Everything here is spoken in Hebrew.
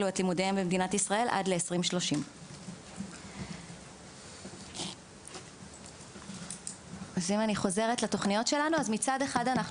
במדינת ישראל עד 2030. אני חוזרת לתכניות שלנו: מצד אחד אנחנו